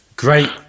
Great